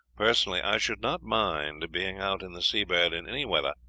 personally, i should not mind being out in the seabird in any weather,